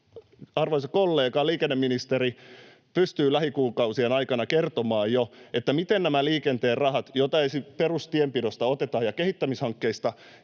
arvoisa kollega, liikenneministeri, pystyy jo lähikuukausien aikana kertomaan, mikä se totuus on, eli paljonko nämä liikenteen rahat, joita perustienpidosta ja kehittämishankkeista